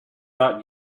not